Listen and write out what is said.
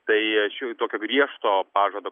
tai aš jau tokio griežto pažado